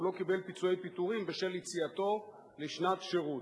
הוא לא קיבל פיצויי פיטורים בשל יציאתו לשנת שירות.